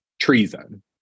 treason